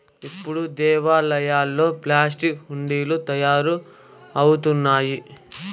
ఇప్పుడు దేవాలయాల్లో ప్లాస్టిక్ హుండీలు తయారవుతున్నాయి